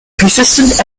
persistent